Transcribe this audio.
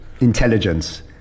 Intelligence